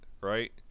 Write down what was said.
right